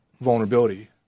vulnerability